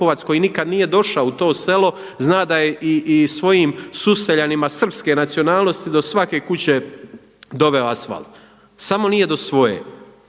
koji nikada nije došao u to selo, zna da je i svojim suseljanima srpske nacionalnosti do svake kuće doveo asfalt, samo nije do svoje.